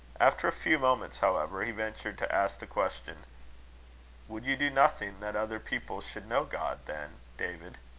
after a few moments, however, he ventured to ask the question would you do nothing that other people should know god, then, david?